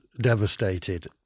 devastated